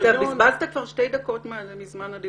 אתה בזבזת כבר שתי דקות מזמנך.